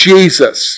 Jesus